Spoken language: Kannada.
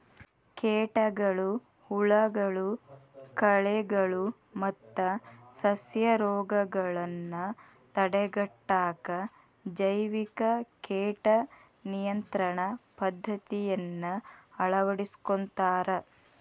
ಕೇಟಗಳು, ಹುಳಗಳು, ಕಳೆಗಳು ಮತ್ತ ಸಸ್ಯರೋಗಗಳನ್ನ ತಡೆಗಟ್ಟಾಕ ಜೈವಿಕ ಕೇಟ ನಿಯಂತ್ರಣ ಪದ್ದತಿಯನ್ನ ಅಳವಡಿಸ್ಕೊತಾರ